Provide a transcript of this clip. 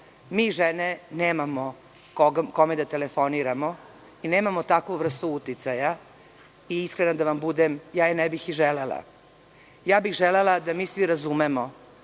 Mi žene nemamo kome da telefoniramo i nemamo takvu vrstu uticaja. Iskrena da budem, ja je ne bih ni želela. Želela bih da mi svi razumemo